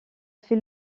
fait